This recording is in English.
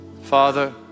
Father